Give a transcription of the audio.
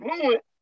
fluent